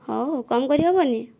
ହେଉ କମ କରି ହେବନି